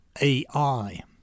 AI